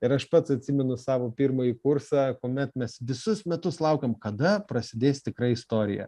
ir aš pats atsimenu savo pirmąjį kursą kuomet mes visus metus laukėm kada prasidės tikra istorija